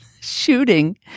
shooting